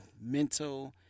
mental